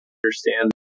understand